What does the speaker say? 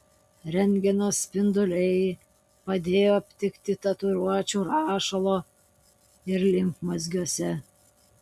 rentgeno spinduliai padėjo aptikti tatuiruočių rašalo ir limfmazgiuose